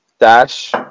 dash